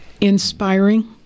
inspiring